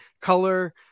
color